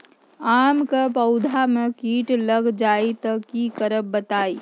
आम क पौधा म कीट लग जई त की करब बताई?